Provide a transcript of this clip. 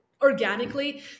organically